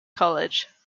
college